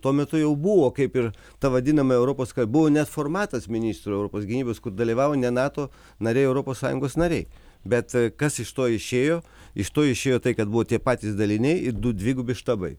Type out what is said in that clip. tuo metu jau buvo kaip ir ta vadinama europos buvo net formatas ministrų europos gynybos kur dalyvavo ne nato nariai o europos sąjungos nariai bet kas iš to išėjo iš to išėjo tai kad buvo tie patys daliniai ir du dvigubi štabai